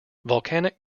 volcanic